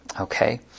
Okay